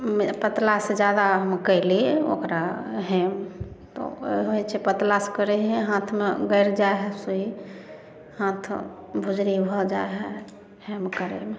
पतला सँ जादा कयली ओकरा हेम तऽ ओहो छै पतला सँ करै हइ हाथमे गैर जाइ हइ सूइ हाथ भुजरी भऽ जाइ हइ हेम करैमे